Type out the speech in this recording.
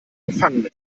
gefangene